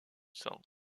sang